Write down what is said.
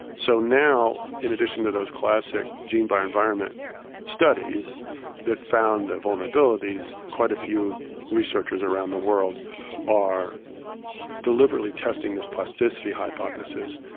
so now in addition to those classic gene by environment studies that found the vulnerabilities quite a few researchers around the world are deliberately testing this plasticity hypothesis,